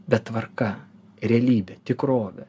bet tvarka realybė tikrovė